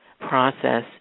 process